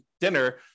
dinner